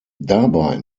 dabei